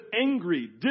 angry